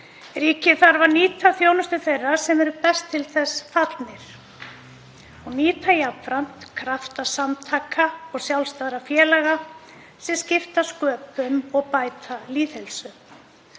Ríkið þarf að nýta þjónustu þeirra sem eru best til þess fallnir og nýta jafnframt krafta samtaka og sjálfstæðra félaga sem skipta sköpum og bæta lýðheilsu.